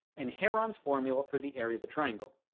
and heron's formula for the area of a triangle.